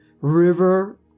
river